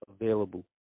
available